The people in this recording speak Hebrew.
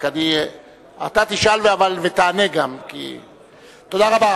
תודה רבה.